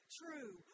true